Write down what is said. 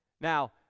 now